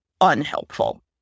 unhelpful